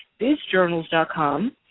bizjournals.com